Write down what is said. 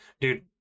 Dude